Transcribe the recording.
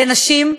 נשים,